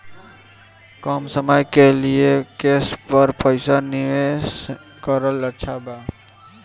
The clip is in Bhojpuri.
कम समय के लिए केस पर पईसा निवेश करल अच्छा बा?